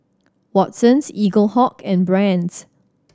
Watsons Eaglehawk and Brand's